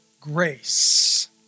grace